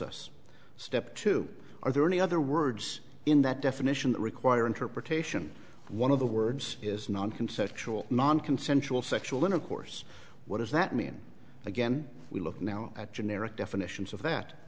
us step two are there any other words in that definition that require interpretation one of the words is non conceptual non consensual sexual intercourse what does that mean again we look now at generic definitions of that